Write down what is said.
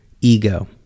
ego